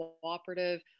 cooperative